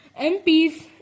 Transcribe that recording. MPs